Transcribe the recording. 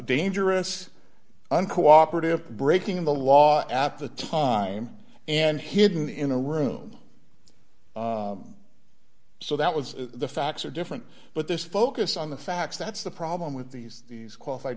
dangerous uncooperative breaking the law at the time and hidden in a room so that was the facts are different but this focus on the facts that's the problem with these these qualified